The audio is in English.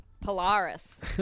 Polaris